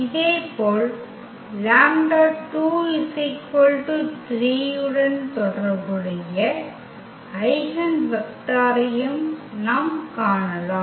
இதேபோல் λ2 3 உடன் தொடர்புடைய ஐகென் வெக்டரையும் நாம் காணலாம்